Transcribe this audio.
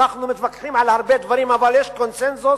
אנחנו מתווכחים על הרבה דברים אבל יש קונסנזוס